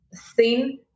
thin